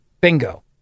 Bingo